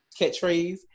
catchphrase